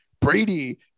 Brady